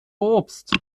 obst